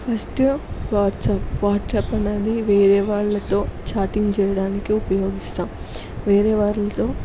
first WhatsApp WhatsApp ఉన్నది వేరే వాళ్ళతో చాటింగ్ చేయడానికి ఉపయోగిస్తాం వేరే వాళ్ళతో